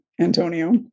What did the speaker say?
Antonio